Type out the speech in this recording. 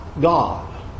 God